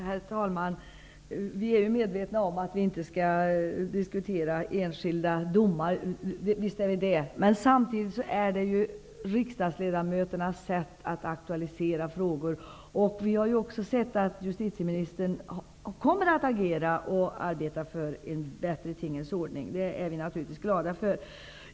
Herr talman! Vi är medvetna om att vi inte får diskutera enskilda domar. Men samtidigt är det riksdagsledamöters sätt att aktualisera frågor. Vi har sett att justitieministern kommer att agera för en bättre tingens ordning. Det är vi naturligtvis glada för.